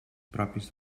propis